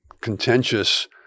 contentious